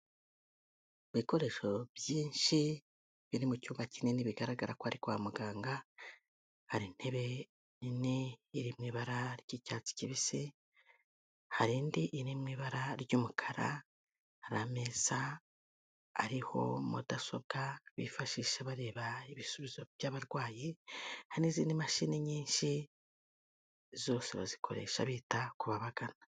Ibikoresho byinshi biri mu cyumba kinini bigaragara ko ari kwa muganga, hari intebe nini iri mubara ry'icyatsi kibisi, hari indi iri mubara ry'umukara, hari ameza ariho mudasobwa bifashisha bareba ibisubizo by'abarwayi, hari n'izindi mashini nyinshi zose bazikoresha bita ku babagana.